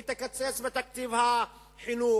היא תקצץ בתקציב החינוך,